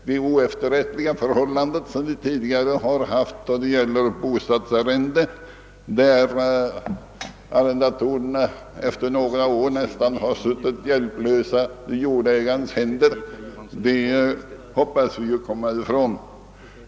De oefterrättliga förhållanden som vi tidigare har haft då det gäller bostadsarrende, då arrendatorerna efter några år nästan suttit hjälplösa i jordägarens händer, hoppas vi kunna komma ifrån.